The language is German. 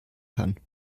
kann